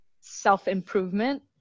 self-improvement